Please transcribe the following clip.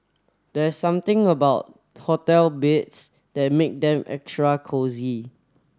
there's something about hotel beds that make them extra cosy